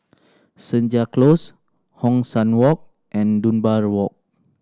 Senja Close Hong San Walk and Dunbar Walk